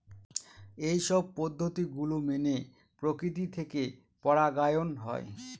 এইসব পদ্ধতি গুলো মেনে প্রকৃতি থেকে পরাগায়ন হয়